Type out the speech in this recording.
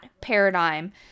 paradigm